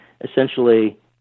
essentially